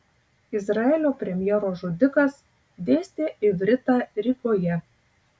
izraelio premjero žudikas dėstė ivritą rygoje